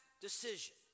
decision